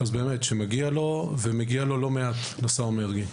אז באמת שמגיע לו, ומגיע לו לא מעט, לשר מרגי.